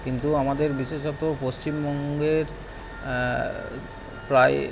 কিন্তু আমাদের বিশেষত পশ্চিমবঙ্গের প্রায়